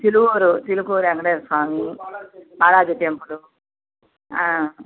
Chiluvuru Chilkur Venkateswaraswamy Balaji temple